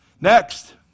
Next